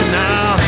now